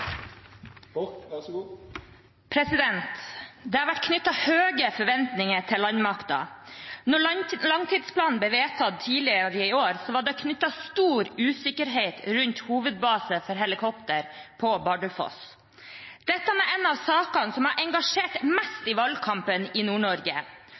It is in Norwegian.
Det har vært knyttet høye forventninger til behandlingen av landmakten. Da langtidsplanen ble vedtatt tidligere i år, var det knyttet stor usikkerhet til hovedbase for helikopter på Bardufoss. Dette er en av sakene som har engasjert